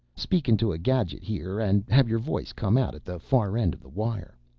speak into a gadget here and have your voice come out at the far end of the wire?